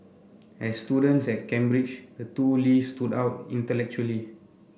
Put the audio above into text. as students at Cambridge the two Lees stood out intellectually